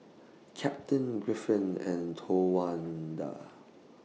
Captain and Towanda